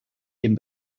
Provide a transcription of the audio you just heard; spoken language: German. dem